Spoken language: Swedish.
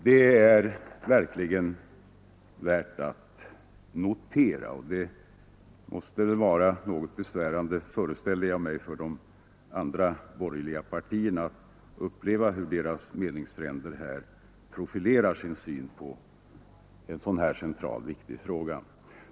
Det är verkligen värt att notera, och det måste väl vara något besvärande, föreställer jag mig, för de andra borgerliga partierna att uppleva hur deras meningsfränder profilerar sin syn på en sådan här central och viktig fråga.